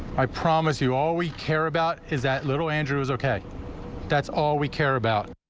i promise you all we care about is that little andrews ok that's all we care about.